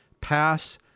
pass